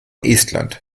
estland